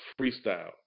Freestyle